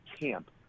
camp